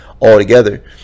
altogether